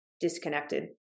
disconnected